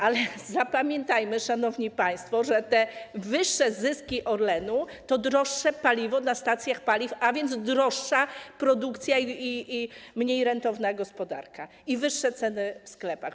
Ale zapamiętajmy, szanowni państwo, że te wyższe zyski Orlenu, to droższe paliwo na stacjach paliw, a więc droższa produkcja i mniej rentowna gospodarka, to także wyższe ceny w sklepach.